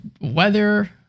weather